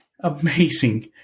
amazing